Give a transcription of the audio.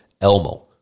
Elmo